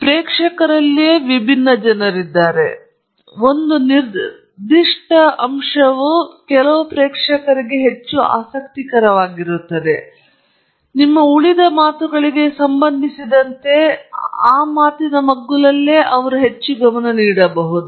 ಆದ್ದರಿಂದ ಪ್ರೇಕ್ಷಕರಲ್ಲಿ ವಿಭಿನ್ನ ಜನರಿಗೆ ನಿಮ್ಮ ಚರ್ಚೆಯ ಒಂದು ನಿರ್ದಿಷ್ಟ ಅಂಶವು ಹೆಚ್ಚು ಆಸಕ್ತಿಕರವಾಗಿರುತ್ತದೆ ಮತ್ತು ನಿಮ್ಮ ಉಳಿದ ಮಾತುಗಳಿಗೆ ಸಂಬಂಧಿಸಿದಂತೆ ನಿಮ್ಮ ಮಾತಿನ ಆ ಮಗ್ಗುಲಲ್ಲಿ ಅವರು ಹೆಚ್ಚು ಗಮನ ನೀಡಬಹುದು